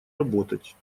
работать